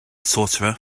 sorcerer